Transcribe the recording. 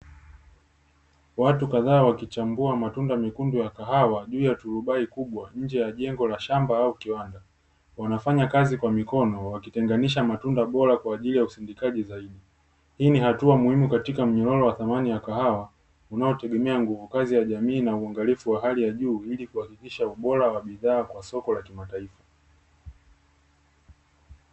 Watu kadhaa wakichambua matunda mekundu ya kahawa, juu ya turubai kubwa nje ya jengo la shamba au kiwanda, wanafanya kazi kwa mikono, wakitenganisha matunda bora kwa ajili ya usindikaji zaidi. Hii ni hatua muhimu katika mnyororo wa thamani ya kahawa unaotegemea nguvukazi ya jamii na uangalifu wa hali ya juu ili kuhakikisha ubora wa bidhaa kwa soko la kimataifa.